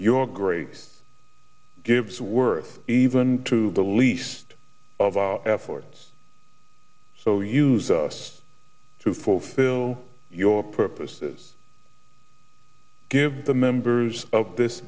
your great gives worth even to the least of our efforts so use us to fulfill your purposes give the members of this